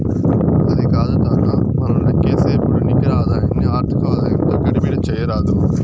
అది కాదు తాతా, మనం లేక్కసేపుడు నికర ఆదాయాన్ని ఆర్థిక ఆదాయంతో గడబిడ చేయరాదు